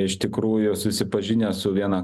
iš tikrųjų susipažinę su viena